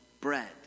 Bread